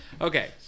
Okay